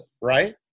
right